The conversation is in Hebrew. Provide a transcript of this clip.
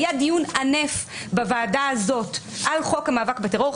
היה דיון ענף בוועדה הזאת על חוק המאבק בטרור.